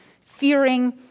fearing